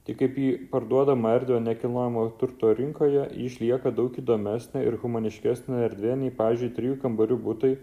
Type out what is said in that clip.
tai kaip į parduodamą erdvę nekilnojamojo turto rinkoje ji išlieka daug įdomesnė ir humaniškesnė erdvė nei pavyzdžiui trijų kambarių butai